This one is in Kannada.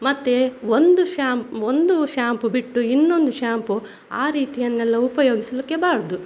ಮತ್ತು ಒಂದು ಶ್ಯಾಂಪ್ ಒಂದು ಶ್ಯಾಂಪೂ ಬಿಟ್ಟು ಇನ್ನೊಂದು ಶ್ಯಾಂಪೂ ಆ ರೀತಿಯನ್ನೆಲ್ಲ ಉಪಯೋಗಿಸಲಿಕ್ಕೆ ಬಾರದು